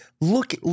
Look